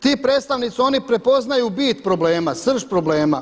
Ti predstavnici, oni prepoznaju bit problema, srž problema.